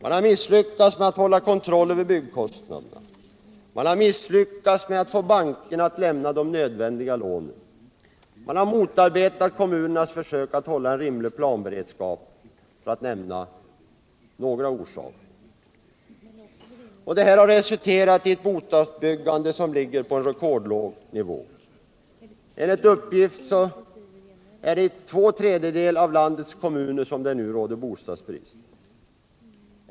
Man har misslyckats med att hålla kontroll över byggkostnaderna, man har misslyckats med att få bankerna att lämna de nödvändiga lånen, och man har motarbetat kommunernas försök att hålla en rimig planberedskap. Det här har resulterat i ett bostadsbyggande på rekordlåg nivå. Enligt upppift råder det nu bostadsbrist i två tredjedelar av landets kommuner.